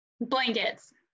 Blankets